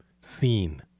seen